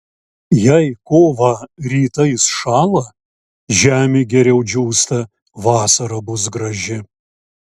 jei kovą rytais šąla žemė geriau džiūsta vasara bus graži